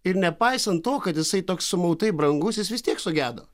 ir nepaisant to kad jisai toks sumautai brangus jis vis tiek sugedo